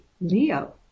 Leo